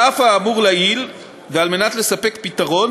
על אף האמור לעיל ועל מנת לספק פתרון,